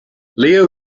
leo